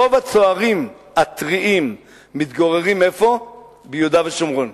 שרוב הצוערים הטריים היום בבה"ד 1 מתגוררים ביהודה ושומרון.